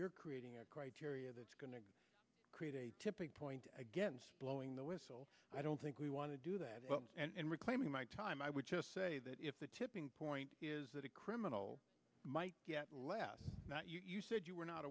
you're creating a criteria that's going to create a tipping point against blowing the whistle i don't think we want to do that and reclaiming my time i would just say that if the tipping point is that a criminal might lead that you said you were not